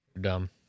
Dumb